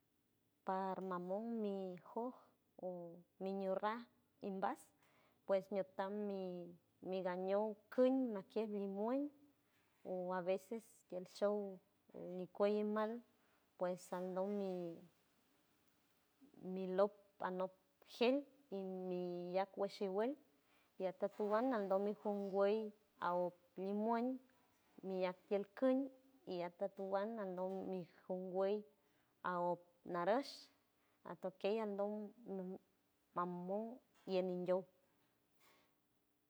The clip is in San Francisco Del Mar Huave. Parmamon mijo miyurba imbas pues mi utan mi guñon cuñ max kiej miguel o aveces el show nigue ni mal pues ando mi lot a not gel y mi yaguesshiwey y a tutuwana ando mi jun wey a un nuweñ mi at nincun y a tutuwana ando mi jum wey a ot naros atotey andoymamom yeninyouy.